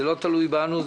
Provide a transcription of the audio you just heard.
זה לא תלוי בנו,